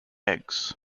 eggs